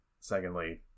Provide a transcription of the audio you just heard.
Secondly